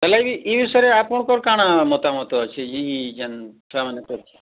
ହେଲେବି ଏ ବିଷୟରେ ଆପଣଙ୍କର କାଣ ମତାମତି ଅଛି ଇଏ ଯେନ ଛୁଆମାନଙ୍କର